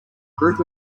group